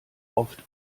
oft